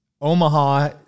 Omaha